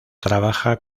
trabaja